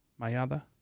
Mayada